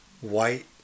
white